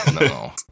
No